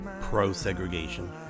Pro-segregation